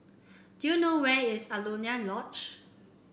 do you know where is Alaunia Lodge